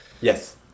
Yes